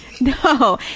No